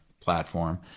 platform